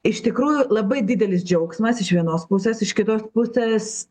iš tikrųjų labai didelis džiaugsmas iš vienos pusės iš kitos pusės